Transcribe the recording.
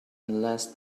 unless